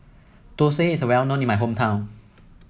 Thosai is well known in my hometown